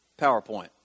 PowerPoint